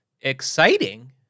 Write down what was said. exciting